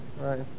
Right